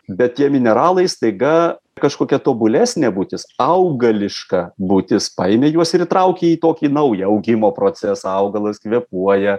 bet tie mineralai staiga kažkokia tobulesnė būtis augališka būtis paėmi juos ir įtrauki į tokį naują augimo procesą augalas kvėpuoja